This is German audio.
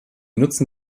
nutzen